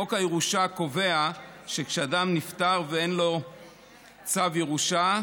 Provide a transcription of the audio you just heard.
חוק הירושה קובע שכשאדם נפטר ואין צו ירושה,